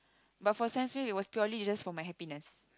but for Sam-Smith it was purely is just for my happiness